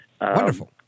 Wonderful